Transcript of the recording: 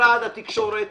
משרד התקשורת,